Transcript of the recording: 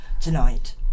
tonight